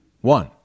One